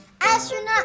Astronaut